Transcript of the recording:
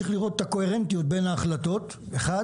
צריך לראות את הקוהרנטיות בין ההחלטות השונות,